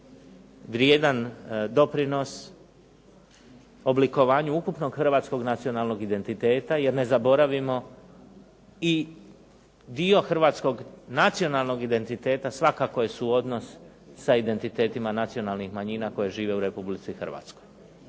vrijedan doprinos oblikovanju ukupnog hrvatskog nacionalnog identiteta jer, ne zaboravimo, i dio hrvatskog nacionalnog identiteta svakako je suodnos sa identitetima nacionalnih manjina koje žive u Republici Hrvatskoj.